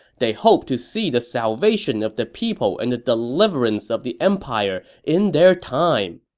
they hoped to see the salvation of the people and the deliverance of the empire in their time.